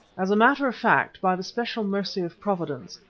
as a matter of fact, by the special mercy of providence,